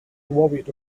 worried